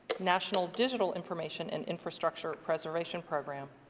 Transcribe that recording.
national digital information and infrastructure preservation program,